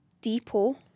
depot